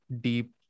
deep